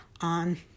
on